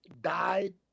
died